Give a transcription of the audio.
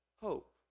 hope